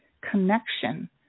connection